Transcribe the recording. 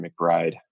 McBride